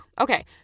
Okay